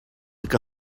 que